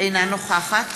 אינה נוכחת